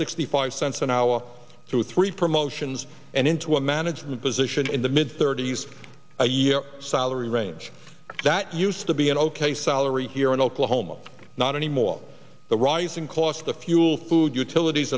sixty five cents an hour through three promotions and into a management position in the mid thirty's a year salary range that used to be an ok salary here in oklahoma not anymore the rising cost of fuel food utilities